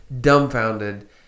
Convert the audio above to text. dumbfounded